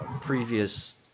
previous